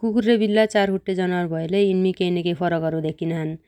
कुकुर रे बिल्ला चारखुट्टे जनावर भयालै यिन्मी केइ न केइ फरकहरू धेक्कीनाछन् ।